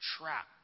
trap